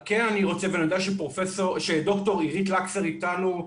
אני יודע שד"ר אירית לקסר איתנו.